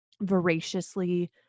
voraciously